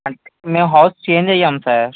అంటే మేము house change అయ్యాము సార్